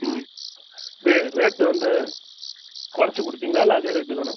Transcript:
ம் இது ரேட்டு வந்து குறச்சி கொடுப்பீங்களா இல்லை அதே ரேட்டுக்கு தானா